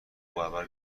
برابر